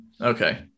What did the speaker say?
okay